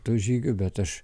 tų žygių bet aš